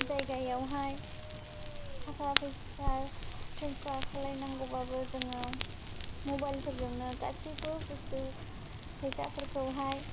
जायगायावहाय थाखा फैसा ट्रेन्सफार खालामनांगौबाबो जों मबाइलफोरजोंनो गासैबो बुस्तु फैसाफोरखौहाय